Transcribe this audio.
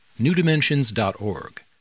newdimensions.org